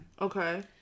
Okay